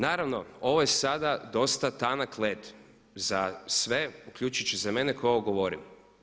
Naravno ovo je sada dosta tanak led za sve, uključujući i za mene koji ovo govorim.